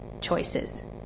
choices